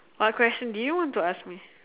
what question do you want to ask me